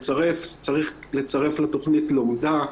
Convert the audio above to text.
צריך לצרף לתכנית לומדה,